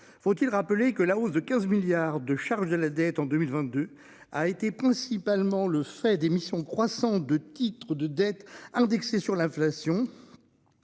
Faut-il rappeler que la hausse de 15 milliards de charges de la dette en 2022 a été principalement le fait des missions croissant de titres de dette indexée sur l'inflation.